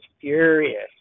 furious